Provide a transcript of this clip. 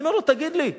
אני אומר לו: תגיד לי,